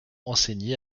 enseigné